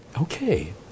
Okay